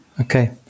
Okay